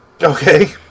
Okay